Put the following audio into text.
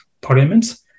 parliament